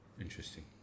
Interesting